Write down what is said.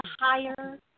higher